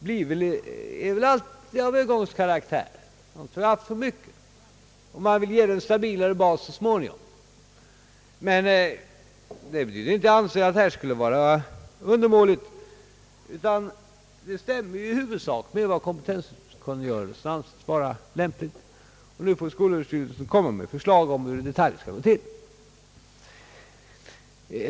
blir väl alltid av övergångskaraktär, man får så småningom en stabilare bas. Men vi anser inte att detta skulle vara undermåligt, utan det stämmer i huvudsak med vad kompetenskungörelsen anser lämpligt; och nu får skolöverstyrelsen komma med förslag om hur det i detalj skall ordnas.